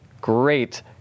great